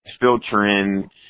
filtering